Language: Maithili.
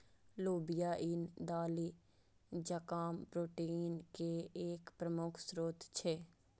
लोबिया ईन दालि जकां प्रोटीन के एक प्रमुख स्रोत छियै